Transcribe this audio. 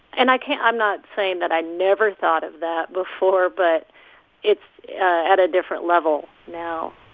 and i can't i'm not saying that i never thought of that before, but it's at a different level now